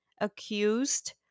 accused